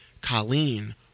Colleen